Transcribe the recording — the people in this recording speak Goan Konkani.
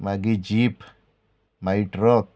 मागीर जीप मागीर ट्रक